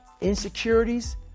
insecurities